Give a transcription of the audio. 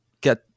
get